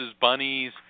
bunnies